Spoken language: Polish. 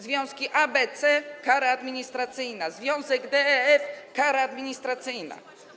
Związki a, b, c - kara administracyjna, związki d, e, f - kara administracyjna.